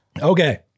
Okay